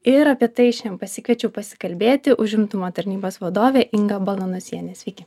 ir apie tai šian pasikviečiau pasikalbėti užimtumo tarnybos vadovę ingą balanosienę sveiki